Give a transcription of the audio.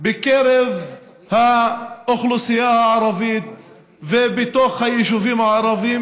בקרב האוכלוסייה הערבית ובתוך היישובים הערביים,